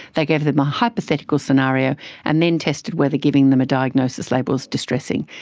they gave them a hypothetical scenario and then tested whether giving them a diagnosis label is distressing.